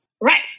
Right